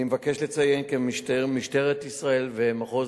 3. אני מבקש לציין כי משטרת ישראל ומחוז